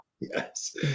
Yes